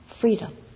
freedom